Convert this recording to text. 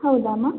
ಹೌದಾ ಅಮ್ಮ